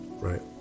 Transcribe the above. right